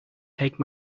take